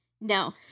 no